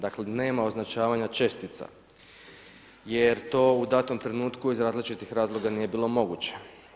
Dakle, nema označavanja čestica jer to u datom trenutku iz različitih razloga nije bilo moguće.